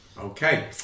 Okay